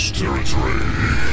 territory